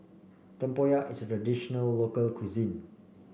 tempoyak is a traditional local cuisine